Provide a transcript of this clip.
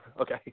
Okay